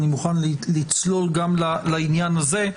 אני מוכן לצלול גם לעניין הזה,